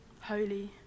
holy